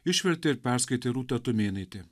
išvertė ir perskaitė rūta tumėnaitė